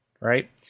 right